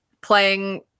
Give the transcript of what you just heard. playing